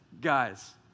guys